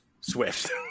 Swift